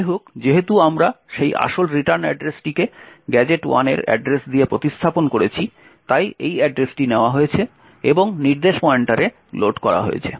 যাইহোক যেহেতু আমরা সেই আসল রিটার্ন অ্যাড্রেসটিকে গ্যাজেট 1 এর অ্যাড্রেস দিয়ে প্রতিস্থাপন করেছি তাই এই অ্যাড্রেসটি নেওয়া হয়েছে এবং নির্দেশ পয়েন্টারে লোড করা হয়েছে